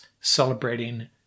celebrating